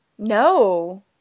No